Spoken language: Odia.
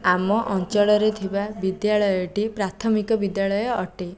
ଆମ ଅଞ୍ଚଳରେ ଥିବା ବିଦ୍ୟାଳୟଟି ପ୍ରାଥମିକ ବିଦ୍ୟାଳୟ ଅଟେ